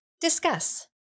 Discuss